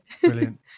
brilliant